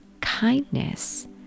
kindness